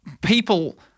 people